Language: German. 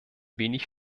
wenig